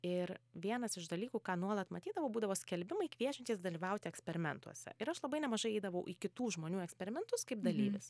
ir vienas iš dalykų ką nuolat matydavau būdavo skelbimai kviečiantys dalyvauti eksperimentuose ir aš labai nemažai eidavau į kitų žmonių eksperimentus kaip dalyvis